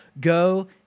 go